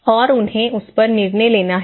और उन्हें उस पर निर्णय लेना है